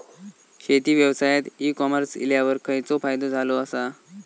शेती व्यवसायात e commerce इल्यावर खयचो फायदो झालो आसा?